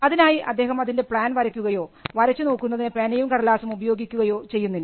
അതിനായി അദ്ദേഹം അതിൻറെ പ്ലാൻ വയ്ക്കുകയോ വരച്ചു നോക്കുന്നതിന് പേനയും കടലാസും ഉപയോഗിക്കുകയോ ചെയ്യുന്നില്ല